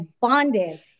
bonded